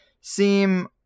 seem